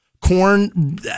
Corn